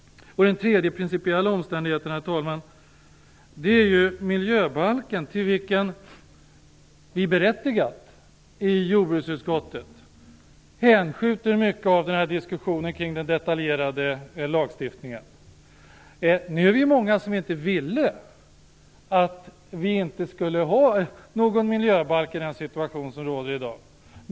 Den tredje principiella omständigheten är miljöbalken, till vilken vi i jordbruksutskottet - berättigat - hänskjuter mycket av diskussionen kring den detaljerade lagstiftningen. Vi är ju många som inte ville att vi skulle stå utan en miljöbalk i den situation som råder i dag.